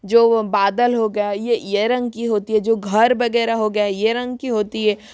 जो वह बादल हो गया यह यह रंग की होती है जो घर वगैरह हो गया यह रंग की होती है